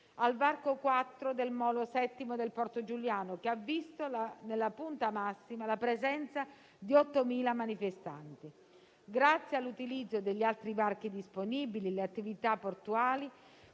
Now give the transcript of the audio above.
al varco 4 del molo VII del Porto di Giuliano, che ha visto nella sua punta massima la presenza di 8.000 manifestanti. Grazie, tuttavia, all'utilizzo degli altri varchi disponibili, le attività portuali